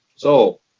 so,